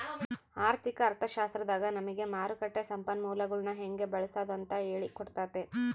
ಆರ್ಥಿಕ ಅರ್ಥಶಾಸ್ತ್ರದಾಗ ನಮಿಗೆ ಮಾರುಕಟ್ಟ ಸಂಪನ್ಮೂಲಗುಳ್ನ ಹೆಂಗೆ ಬಳ್ಸಾದು ಅಂತ ಹೇಳಿ ಕೊಟ್ತತೆ